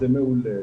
זה מעולה,